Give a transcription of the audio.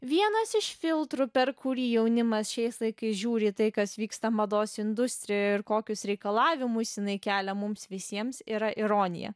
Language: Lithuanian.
vienas iš filtrų per kurį jaunimas šiais laikais žiūri į tai kas vyksta mados industrijoje ir kokius reikalavimus jinai kelia mums visiems yra ironija